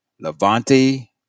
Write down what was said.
Levante